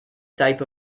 type